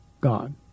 God